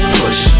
push